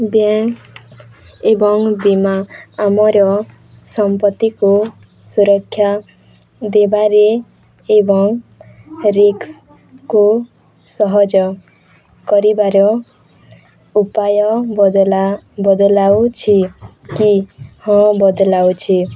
bank ଏବଂ ବୀମା ଆମର ସମ୍ପତ୍ତିକୁ ସୁରକ୍ଷା ଦେବାରେ ଏବଂ ରିକ୍ସକୁ ସହଜ କରିବାର ଉପାୟ ବଦଳାଉଛି କି ହଁ ବଦଳାଉଛି